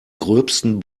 gröbsten